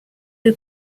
who